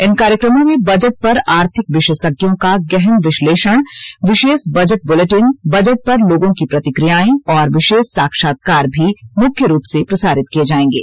इन कार्यक्रमों में बजट पर आर्थिक विशेषज्ञों का गहन विश्लेषण विशेष बजट बुलेटिन बजट पर लोगों की प्रतिक्रियाएं और विशेष साक्षात्कार भी मुख्य रूप से प्रसारित किए जाएंगे